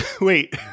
wait